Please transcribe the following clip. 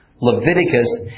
Leviticus